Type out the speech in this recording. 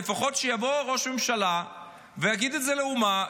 לפחות שיבוא ראש הממשלה ויגיד את זה לאומה,